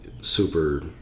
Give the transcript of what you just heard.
super